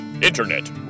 Internet